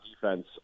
defense